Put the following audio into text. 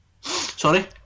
Sorry